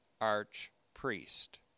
arch-priest